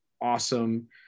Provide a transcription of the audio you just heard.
awesome